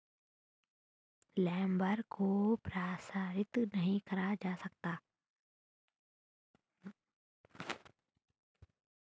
labour voucher को प्रसारित नहीं करा जा सकता